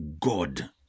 God